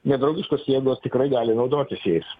nedraugiškos jėgos tikrai gali naudotis jais